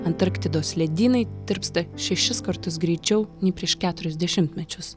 antarktidos ledynai tirpsta šešis kartus greičiau nei prieš keturis dešimtmečius